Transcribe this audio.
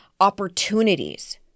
opportunities